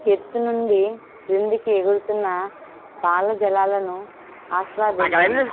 ఎత్తు నుండి క్రిందికి ఎగురుతున్న పాల జలాలను ఆస్వాదించండి